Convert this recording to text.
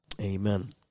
amen